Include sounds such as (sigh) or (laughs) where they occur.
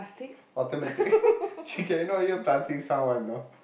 automatic (laughs) she cannot hear plastic sound one know